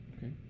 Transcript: Okay